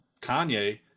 Kanye